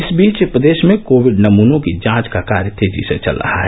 इस बीच प्रदेश में कोविड नमूनों की जांच का कार्य तेजी से चल रहा है